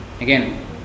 again